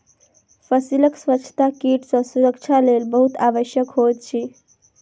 फसीलक स्वच्छता कीट सॅ सुरक्षाक लेल बहुत आवश्यक होइत अछि